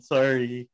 Sorry